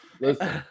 Listen